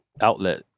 outlet